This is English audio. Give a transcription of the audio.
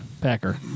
Packer